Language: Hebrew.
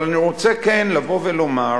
אבל אני רוצה כן לבוא ולומר